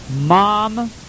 mom